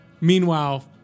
Meanwhile